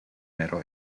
metal